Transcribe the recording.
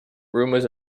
rumours